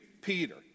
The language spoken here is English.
Peter